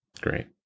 great